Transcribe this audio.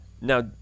Now